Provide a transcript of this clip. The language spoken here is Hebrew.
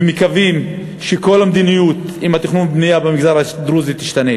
ואנחנו מקווים שכל המדיניות לגבי התכנון והבנייה במגזר הדרוזי תשתנה.